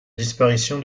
disparition